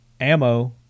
Ammo